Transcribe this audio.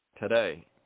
today